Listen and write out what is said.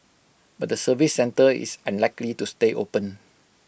but the service centre is unlikely to stay open